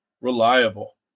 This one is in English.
reliable